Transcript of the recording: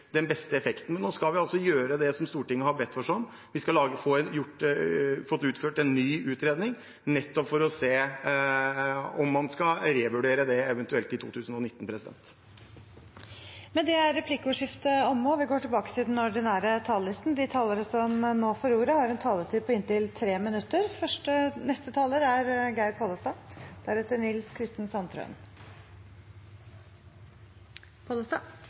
den beste effekten. Nå skal vi altså gjøre det som Stortinget har bedt oss om. Vi skal få utført en ny utredning, nettopp for å se om man eventuelt skal revurdere det i 2019. Replikkordskiftet er omme. De talerne som heretter får ordet, har en taletid på inntil 3 minutter. I innlegget sitt snakka representanten Moxnes om iskrem og kjøp av iskrem. Det er